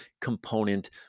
component